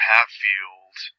Hatfield